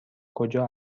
کجا